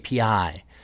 API